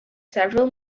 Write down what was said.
several